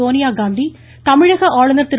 சோனியாகாந்தி தமிழக ஆளுநர் திரு